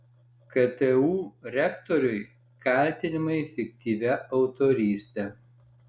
ktu rektoriui kaltinimai fiktyvia autoryste